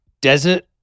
Desert